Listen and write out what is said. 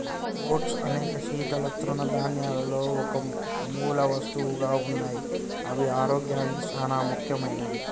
oats అనేక శీతల తృణధాన్యాలలో ఒక మూలవస్తువుగా ఉన్నాయి అవి ఆరోగ్యానికి సానా ముఖ్యమైనవి